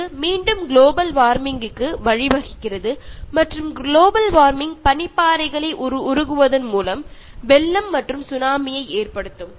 இது மீண்டும் global warming க்கு வழிவகுக்கிறது மற்றும் குளோபல் வார்மிங் பனிப்பாறைகளை உருகுவதன் மூலம் வெள்ளம் மற்றும் சுனாமியை ஏற்படுத்தும்